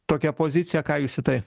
tokia pozicija ką jūs į tai